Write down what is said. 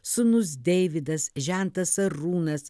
sūnus deividas žentas arūnas